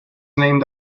named